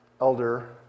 elder